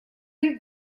you